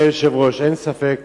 היושב-ראש, אין ספק